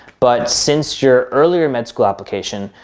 but since your earlier med school application,